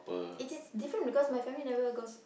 it is different because my family never goes